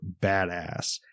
badass